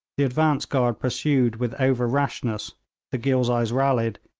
the advance guard pursued with over-rashness the ghilzais rallied,